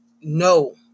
No